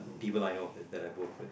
people I know that that I work with